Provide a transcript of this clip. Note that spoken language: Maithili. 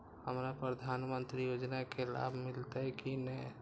हमरा प्रधानमंत्री योजना के लाभ मिलते की ने?